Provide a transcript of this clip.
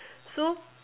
so